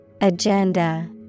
Agenda